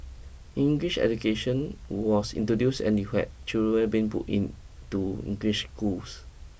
English education was introduced and you had children being put into English schools